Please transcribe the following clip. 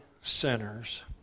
sinners